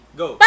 go